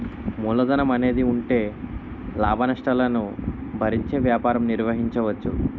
మూలధనం అనేది ఉంటే లాభనష్టాలను భరించే వ్యాపారం నిర్వహించవచ్చు